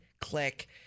Click